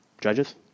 Judges